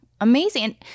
amazing